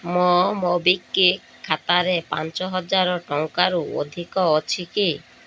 ମୋ ମୋବିକ୍ଵିକ୍ ଖାତାରେ ପାଞ୍ଚହଜାର ଟଙ୍କାରୁ ଅଧିକ ଅଛି କି